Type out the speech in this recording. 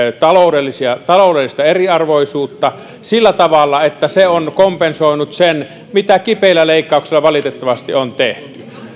taloudellista eriarvoisuutta sillä tavalla että se on kompensoinut sen mitä kipeillä leikkauksilla valitettavasti on tehty